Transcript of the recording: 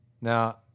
Now